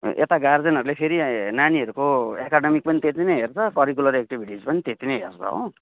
यता गार्जेनहरूले फेरि नानीहरूको एकाडेमिक पनि त्यति नै हेर्छ करिकुलर एक्टिभिटिस पनि त्यति नै हेर्छ हो